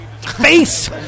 Face